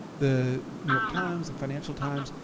the new york times, the financial times,